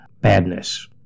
badness